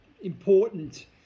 important